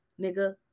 nigga